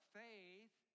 faith